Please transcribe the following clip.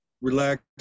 relax